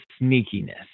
sneakiness